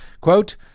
quote